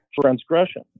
transgression